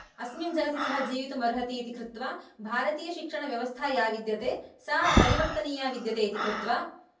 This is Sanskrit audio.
अस्मिन् जगति सः जीवितुम् अर्हति इति कृत्वा भारतीयशिक्षणव्यवस्था या विद्यते सा परिवर्तनीया विद्यते इति कृत्वा